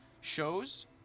shows